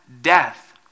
death